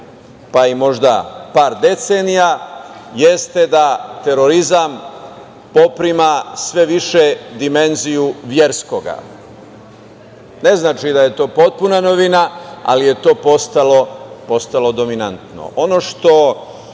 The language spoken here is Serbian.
pa možda i par decenija jeste da terorizam poprima sve više dimenziju verskoga. Ne znači da je to potpuna novina, ali je to postalo dominantno. Ono